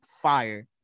fire